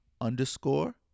underscore